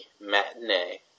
matinee